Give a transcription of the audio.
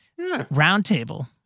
roundtable